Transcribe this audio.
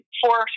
four